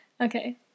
Okay